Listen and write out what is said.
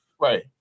right